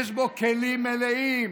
יש בו כלים מלאים